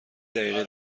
دقیقه